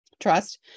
trust